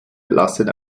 lassen